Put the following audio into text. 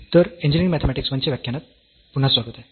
तर engineering mathematics I च्या व्याख्यानात पुन्हा स्वागत आहे